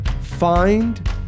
find